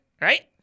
Right